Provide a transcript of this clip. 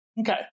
Okay